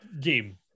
game